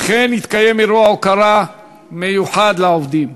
וכן התקיים אירוע הוקרה מיוחד לעובדים.